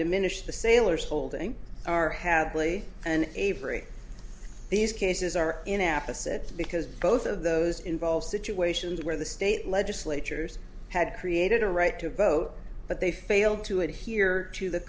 diminish the sailors holding our had lee and avery these cases are in apa said because both of those involve situations where the state legislatures had created a right to vote but they failed to adhere to the